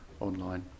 online